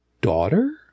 daughter